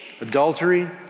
Adultery